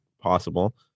possible